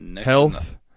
health